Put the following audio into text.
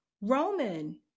Roman